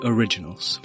Originals